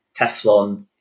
Teflon